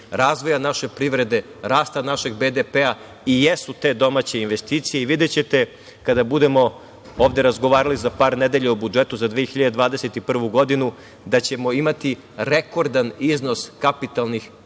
razvoja naše privrede, rasta našeg BDP i jesu te domaće investicije. Videćete kada budemo ovde razgovarali za par nedelja o budžetu za 2021. godinu da ćemo imati rekordan iznos kapitalnih